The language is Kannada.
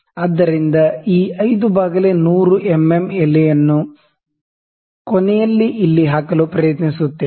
ಆದ್ದರಿಂದ ಈ 5 ಬೈ 100 ಎಂಎಂ ಎಲೆಯನ್ನು ಕೊನೆಯಲ್ಲಿ ಇಲ್ಲಿ ಹಾಕಲು ಪ್ರಯತ್ನಿಸುತ್ತೇನೆ